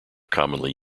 commonly